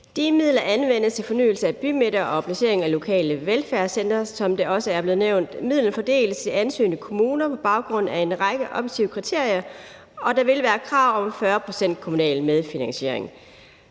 De midler anvendes til fornyelse af bymidter og placering af lokale velfærdscentre, som det også er blevet nævnt. Midlerne fordeles til ansøgende kommuner på baggrund af en række objektive kriterier, og der vil være krav om 40 pct. kommunal medfinansiering